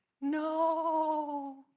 No